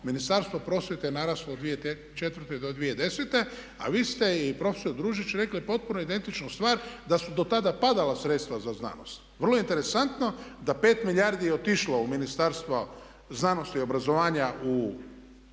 Ministarstvo prosvjete naraslo 2004.-2010. a vi ste i profesor Družić rekli potpuno identičnu stvar da su do tada padala sredstva za znanost. Vrlo interesantno da 5 milijardi je otišlo u Ministarstvo znanosti, obrazovanja u